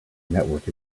network